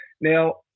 Now